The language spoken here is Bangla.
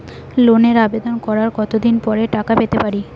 লোনের আবেদন করার কত দিন পরে টাকা পেতে পারি?